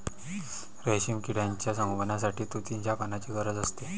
रेशीम किड्यांच्या संगोपनासाठी तुतीच्या पानांची गरज असते